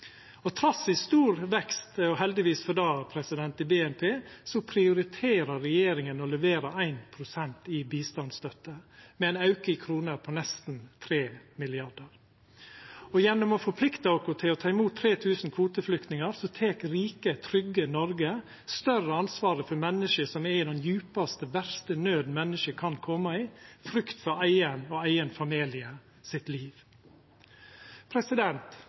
husstandar. Trass i stor vekst i BNP – og heldigvis for det – prioriterer regjeringa å levera 1 pst. i bistandsstøtte, med ein auke på nesten 3 mrd. kr. Gjennom å forplikta oss til å ta imot 3 000 kvoteflyktningar tek rike, trygge Noreg større ansvar for menneske som er i den djupaste, verste nauda menneske kan koma i – frykt for eige og familien sitt